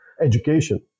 education